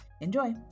Enjoy